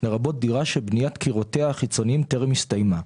לרבות דירה שבניית קירותיה החיצוניים טרם הסתיימה,